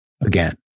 again